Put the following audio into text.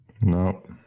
no